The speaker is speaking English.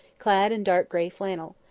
clad in dark grey flannel.